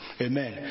amen